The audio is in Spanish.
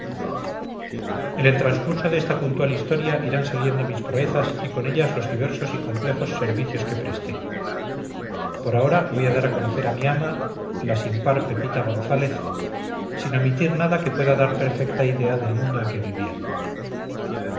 en el transcurso de esta puntual historia irán saliendo mis proezas y con ellas los diversos y complejos servicios que presté por ahora voy a dar a conocer a mi ama la sin par pepita gonzález sin omitir nada que pueda dar perfecta idea del mundo en que vivía